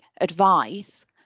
advice